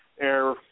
air